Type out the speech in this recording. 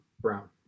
Brown